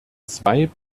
zwei